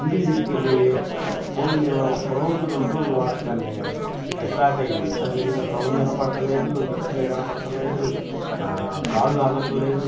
ఇంటికి తీసుకెళ్ళి ఫోన్ ఒక్క రోజు రెండు రోజులు వాడగానే ఇక స్టార్ట్ అయింది సరిగా ఇంక సౌండ్ వినపడట్లేదు డిస్ప్లే కనపడట్లేదు కాల్లు అందట్లేదు